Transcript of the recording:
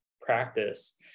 practice